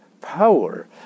power